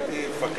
טיבי, לדעתי